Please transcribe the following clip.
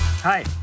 Hi